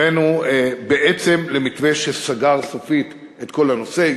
הבאנו בעצם למתווה שסגר סופית את כל הנושא.